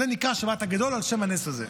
שבת הגדול היא על שם הנס הזה.